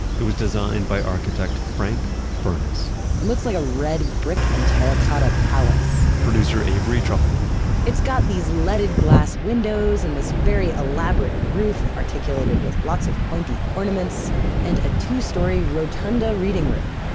it was designed by architect frank furness it looks like a red brick and terracotta palace producer, avery trufleman it's got these leaded glass windows and this very elaborate roof articulated with lots of pointy ornaments and a two-story rotunda reading room.